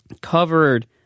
covered